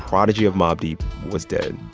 prodigy of mobb deep was dead.